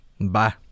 Bye